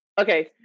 okay